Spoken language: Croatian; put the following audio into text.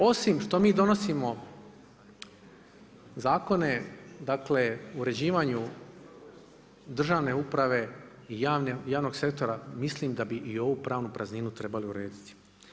Osim što mi donosimo zakone dakle, uređivanju državne uprave i javnog sektora misli da bi i ovu pravnu prazninu trebali urediti.